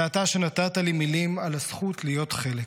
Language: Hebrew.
זה אתה שנתת לי מילים על הזכות להיות חלק.